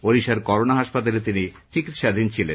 ওড়িশার করোনা হাসপাতলে তিনি চিকিৎসাধীন ছিলেন